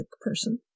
person